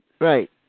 Right